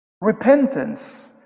Repentance